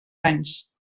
anys